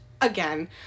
again